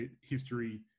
history